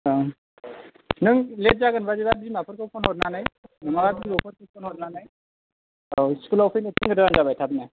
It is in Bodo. ओं नों लेट जागोन बा बिमाखौ फन हरनानै नङाबा बिबै फोरखौ फन हरनानै थिनहरनानै स्कुलाव फैनो थाब थिनहरबानो जाबाय थाबनो